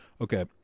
Okay